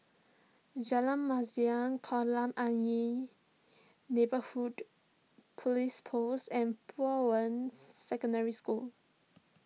Jalan Masjid Kolam Ayer Neighbourhood Police Post and Bowen Secondary School